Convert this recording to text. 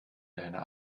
deiner